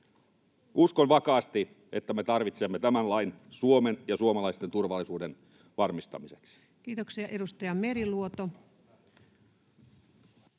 Uskon vakaasti, että me tarvitsemme tämän lain Suomen ja suomalaisten turvallisuuden varmistamiseksi. Kiitoksia. — Edustaja Meriluoto.